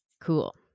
Cool